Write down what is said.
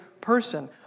person